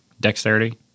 Dexterity